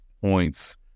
points